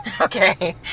Okay